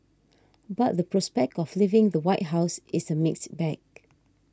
but the prospect of leaving the White House is a mixed bag